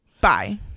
bye